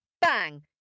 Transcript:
bang